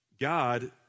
God